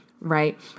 right